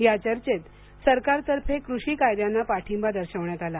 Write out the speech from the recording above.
या चर्चेत सरकारतर्फे कृषि कायद्यांना पाठिंबा दर्शवण्यात आला